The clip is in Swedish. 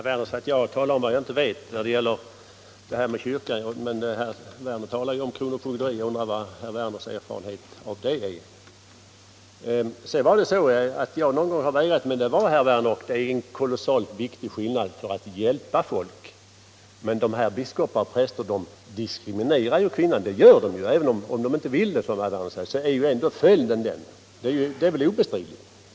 Herr talman! Herr Werner i Malmö sade att när det gäller kyrkliga frågor talade jag om sådant som jag inte kände till. Men herr Werner själv talade ju om kronofogderi, och jag undrar vilken erfarenhet herr Werner har av det? Sedan är det riktigt att jag under vissa förhållanden underlåtit att företa indrivningar. Men där var det en kolossal och viktig skillnad, herr Werner, ty det gjorde jag för att hjälpa människor! Men biskopar och andra präster diskriminerar här kvinnor, även om de inte vill det. Det blir ändå följden. Det är obestridligt.